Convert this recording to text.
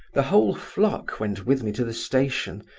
the whole flock went with me to the station,